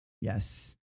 Yes